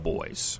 Boys